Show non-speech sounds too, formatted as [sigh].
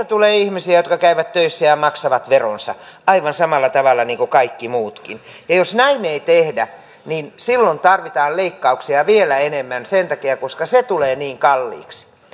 [unintelligible] tulee ihmisiä jotka käyvät töissä ja ja maksavat veronsa aivan samalla tavalla kuin kaikki muutkin jos näin ei tehdä silloin tarvitaan leikkauksia vielä enemmän sen takia että se tulee niin kalliiksi